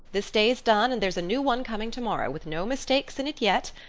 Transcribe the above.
this day's done and there's a new one coming tomorrow, with no mistakes in it yet,